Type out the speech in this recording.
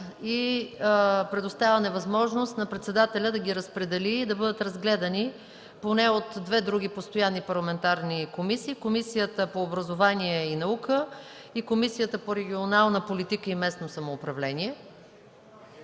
и предоставяне възможност на председателя да ги разпредели и да бъдат разгледани поне от две други постоянни парламентарни комисии – Комисията по образованието и науката и Комисията по регионална политика и местно самоуправление,